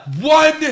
One